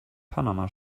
panama